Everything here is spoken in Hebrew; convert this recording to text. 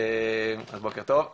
בוקר טוב.